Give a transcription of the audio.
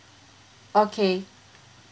okay